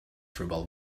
tribal